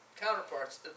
counterparts